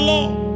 Lord